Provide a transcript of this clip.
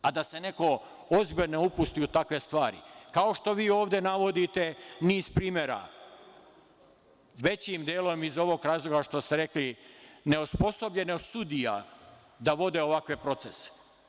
A, da se neko ozbiljno upusti u takve stvari, kao što vi ovde navodite niz primera, većim delom iz ovog razloga što ste rekli neosposobljenost sudija da vode ovakve procese.